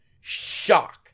shock